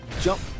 jump